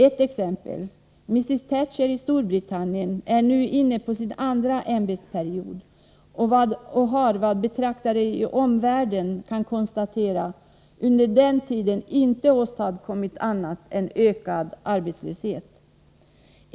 Ett exempel: Mrs Thatcher i Storbritannien är nu inne på sin andra ämbetsperiod och har efter vad betraktare i omvärlden kan konstatera under denna tid inte åstadkommit annat än ökad arbetslöshet.